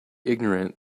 ignorant